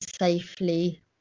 safely